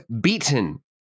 beaten